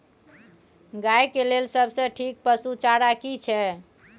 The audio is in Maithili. गाय के लेल सबसे ठीक पसु चारा की छै?